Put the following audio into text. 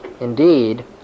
indeed